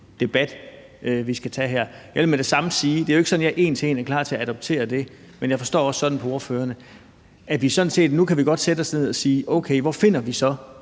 debat, vi skal tage her. Jeg vil med det samme sige, at det jo ikke er sådan, at jeg en til en er klar til at adoptere det, men jeg forstår det også sådan på ordførerne, at nu kan vi sådan set godt sætte os ned og spørge, hvor vi finder